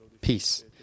peace